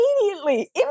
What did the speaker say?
Immediately